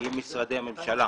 עם משרדי הממשלה